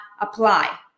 apply